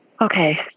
Okay